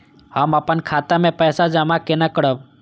हम अपन खाता मे पैसा जमा केना करब?